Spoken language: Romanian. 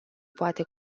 poate